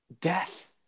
Death